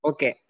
Okay